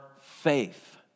faith